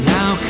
Now